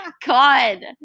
god